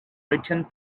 written